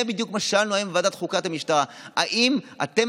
זה בדיוק מה ששאלנו היום בוועדת חוקה את המשטרה: האם אתם,